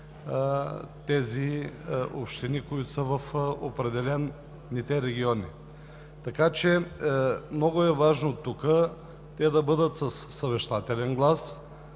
тези общини, които са в определените региони. Много е важно да бъдат със съвещателен глас,